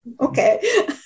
Okay